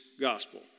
gospel